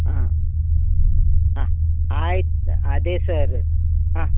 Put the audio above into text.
ಹಾಂ ಹಾಂ ಆಯ್ತು ಅದೇ ಸರ್ ಹಾಂ